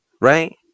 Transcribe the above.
right